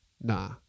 Nah